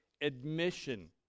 admission